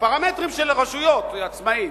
בפרמטרים של רשויות, עצמאית.